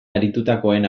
aritutakoen